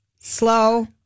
slow